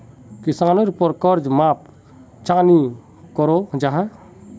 किसानेर पोर कर्ज माप चाँ नी करो जाहा?